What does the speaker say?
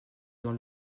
dans